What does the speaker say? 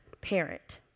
parent